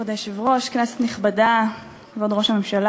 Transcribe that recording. כבוד היושב-ראש, כנסת נכבדה, כבוד ראש הממשלה,